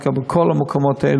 דווקא בכל המקומות האלה